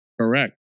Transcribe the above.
Correct